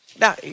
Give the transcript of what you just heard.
Now